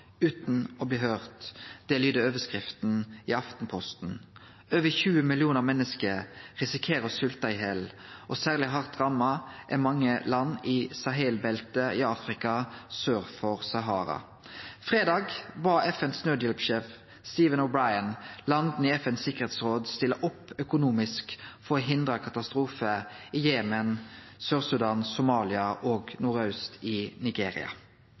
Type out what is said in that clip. å bli hørt», lyder overskrifta i Aftenposten. Over 20 millionar menneske risikerer å svelte i hel, og særleg hardt ramma er mange land i Sahelbeltet i Afrika sør for Sahara. Fredag bad FNs nødhjelpssjef, Stephen O´Brien, landa i FNs tryggingsråd om å stille opp økonomisk for å hindre ein katastrofe i Jemen, Sør-Sudan, Somalia og nordaust i Nigeria.